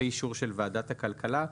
ואישור של ועדת הכלכלה.